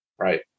Right